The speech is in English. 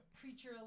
Preacher